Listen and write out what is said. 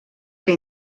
que